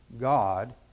God